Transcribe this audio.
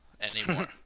anymore